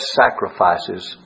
sacrifices